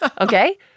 Okay